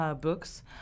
books